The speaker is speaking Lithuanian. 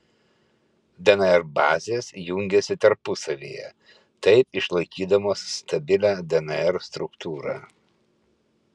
dnr bazės jungiasi tarpusavyje taip išlaikydamos stabilią dnr struktūrą